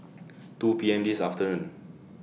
two P M This afternoon